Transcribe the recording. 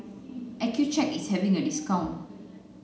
Accucheck is having a discount